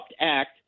act